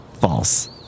False